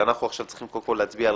אנחנו עכשיו צריכים קודם כול להצביע על